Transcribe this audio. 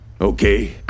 Okay